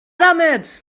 damit